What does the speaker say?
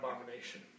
abomination